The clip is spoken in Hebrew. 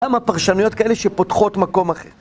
למה פרשנויות כאלה שפותחות מקום אחר?